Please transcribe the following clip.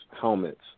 helmets